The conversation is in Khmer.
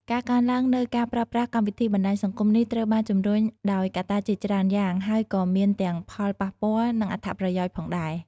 ការកើនឡើងនូវការប្រើប្រាស់កម្មវិធីបណ្ដាញសង្គមនេះត្រូវបានជំរុញដោយកត្តាជាច្រើនយ៉ាង ហើយក៏មានទាំងផលប៉ះពាល់ និងអត្ថប្រយោជន៍ផងដែរ។